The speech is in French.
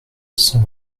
cent